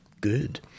Good